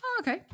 Okay